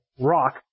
rock